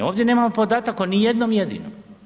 Ovdje nemamo podatak o ni jednom jedinom.